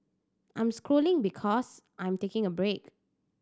I'm scrolling because I'm taking a break